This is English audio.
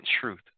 truth